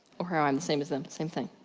or how i'm the same as them. same thing.